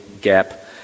gap